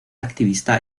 activista